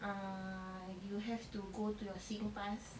uh you have to go to your singpass